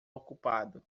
ocupado